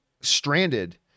stranded